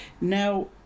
Now